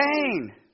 pain